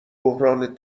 بحران